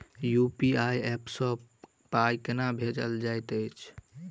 UPI app सँ पाई केना भेजल जाइत छैक?